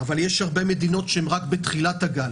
ויש הרבה מדינות שהם בתחילת הגל